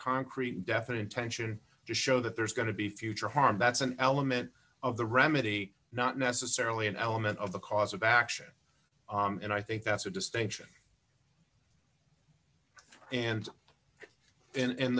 concrete definite intention to show that there's going to be future harm that's an element of the remedy not necessarily an element of the cause of action and i think that's a distinction and in